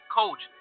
coach